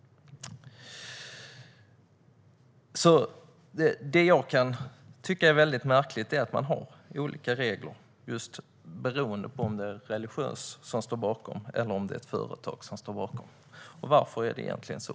Det jag tycker är märkligt är att man har olika regler beroende på om det är en religiös förening eller om det är ett företag som står bakom. Varför är det egentligen så?